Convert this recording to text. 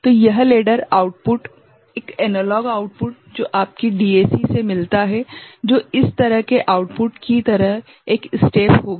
तो यह ladder output यह एनालॉग आउटपुट जो आपको डीएसी से मिलता है जो इस तरह के आउटपुट की तरह एक स्टेप होगा